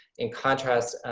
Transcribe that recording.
in contrast,